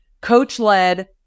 coach-led